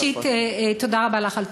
ראשית, תודה רבה לך על תשובתך.